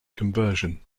conversion